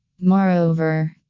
Moreover